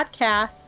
podcast